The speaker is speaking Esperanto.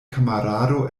kamarado